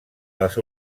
les